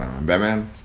Batman